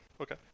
Okay